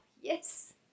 yes